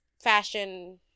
fashion